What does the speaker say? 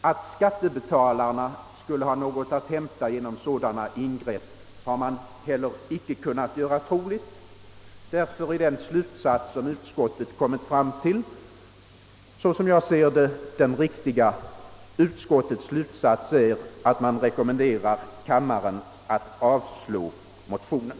Att skattebetalarna skulle ha något att hämta genom sådana ingrepp har man heller inte kunnat göra troligt. Därför är, såsom jag ser det, den slutsats som utskottet kommit fram till den riktiga. Och denna slutsats är att utskottet rekommenderar riksdagen att avslå motionen.